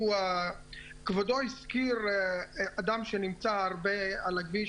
כבודו הזכיר אדם שנמצא הרבה על הכביש,